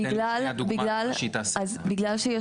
בגלל שיש